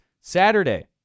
Saturday